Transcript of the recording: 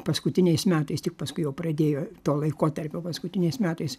paskutiniais metais tik paskui jau pradėjo to laikotarpio paskutiniais metais